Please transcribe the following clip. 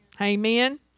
Amen